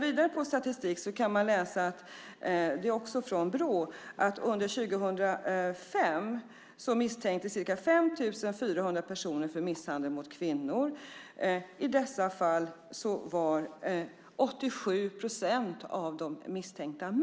Vidare kan man läsa, också i statistik från Brå, att under 2005 misstänktes ca 5 400 personer för misshandel av kvinnor. Av dessa var 87 procent män.